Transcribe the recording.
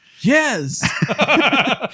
Yes